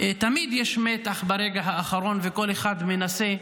תמיד יש מתח ברגע האחרון וכל אחד מנסה,